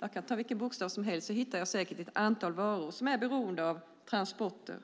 Jag kan ta vilken bokstav som helst i alfabetet och hitta ett antal varor som är beroende av transporter.